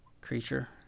Creature